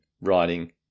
writing